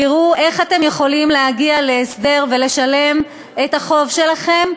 תראו איך אתם יכולים להגיע להסדר ולשלם את החוב שלכם,